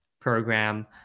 program